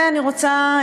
אני רוצה,